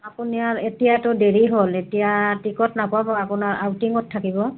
আপোনাৰ এতিয়াতো দেৰি হ'ল এতিয়া টিকট নাপাব আপোনাৰ আউটিঙত থাকিব